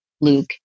Luke